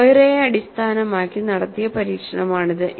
മൊയ്റെയെ അടിസ്ഥാനമാക്കി നടത്തിയ പരീക്ഷണമാണിത്